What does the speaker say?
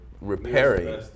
repairing